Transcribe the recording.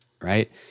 right